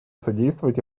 содействовать